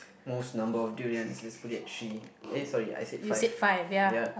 most number of durians let's put it at three eh sorry I said five ya